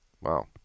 Wow